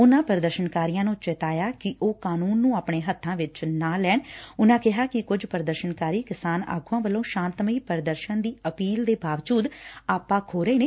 ਉਨੂੰ ਪ੍ਰਦਰਸ਼ਕਾਰੀਆਂ ਨੂੰ ਚੇਤਾਇਆ ਕਿ ਉਹ ਕਾਨੂੰਨ ਨੂੰ ਆਪਣੇ ਹੱਥਾ ਚ ਨਾ ਲੈਣ ਉਨੂੰ ਕਿਹਾ ਕਿ ਕੁਝ ਪ੍ਦਰਸ਼ਨਕਾਰੀ ਕਿਸਾਨ ਆਗੂਆਂ ਵੱਲੋ ਸ਼ਾਤਮਈ ਪ੍ਦਰਸ਼ਨ ਦੀ ਅਪੀਲ ਦੇ ਬਾਵਜੁਦ ਆਪਾ ਖੋ ਰਹੇ ਨੇ